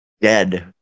dead